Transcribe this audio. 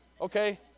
Okay